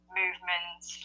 movements